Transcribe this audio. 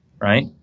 right